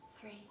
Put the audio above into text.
three